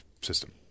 system